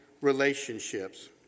relationships